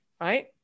right